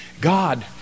God